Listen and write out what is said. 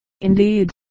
indeed